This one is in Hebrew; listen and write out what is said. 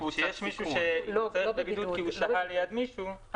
כשיש מישהו שיצטרך להיות בבידוד כי הוא שהה ליד מישהו,